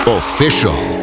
official